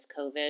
COVID